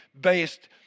based